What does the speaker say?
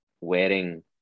wearing